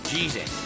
Jesus